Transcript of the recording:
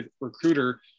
recruiter